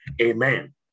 Amen